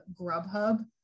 Grubhub